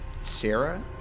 Sarah